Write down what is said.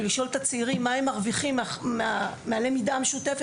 ולשאול את הצעירים והגמלאים מה הם מרוויחים מהלמידה המשותפת.